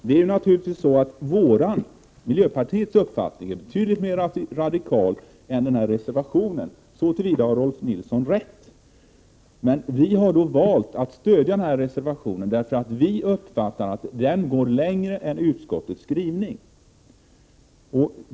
Herr talman! Miljöpartiets uppfattning är naturligtvis betydligt mer radikal än den här reservationen — så till vida har Rolf L Nilson rätt. Men vi har valt att stödja reservationen därför att vi uppfattar att den går längre än utskottets skrivning.